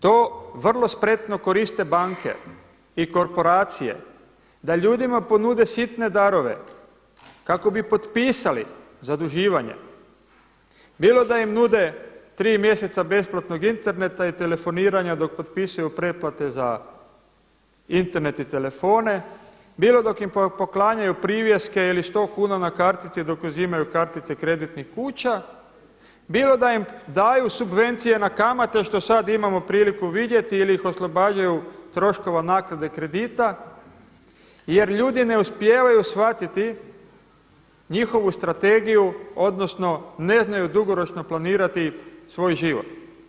To vrlo spretno koriste banke i korporacije da ljudima ponude sitne darove kako bi potpisali zaduživanja, bilo da im nude tri mjeseca besplatnog interneta i telefoniranja dok potpisuju pretplate za Internet i telefone, bilo dok im poklanjaju privjeske ili 100 kuna na kartici dok uzimaju kartice kreditnih kuća, bilo da im daju subvencije na kamate što sada imamo priliku vidjeti ili ih oslobađaju troškova naknade kredita jer ljudi ne uspijevaju shvatiti njihovu strategiju odnosno ne znaju dugoročno planirati svoj život.